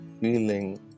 feeling